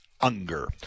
Unger